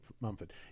Mumford